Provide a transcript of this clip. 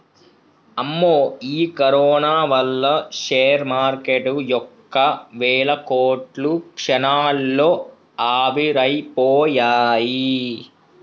అమ్మో ఈ కరోనా వల్ల షేర్ మార్కెటు యొక్క వేల కోట్లు క్షణాల్లో ఆవిరైపోయాయి